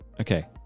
Okay